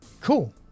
Cool